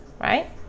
right